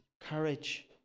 courage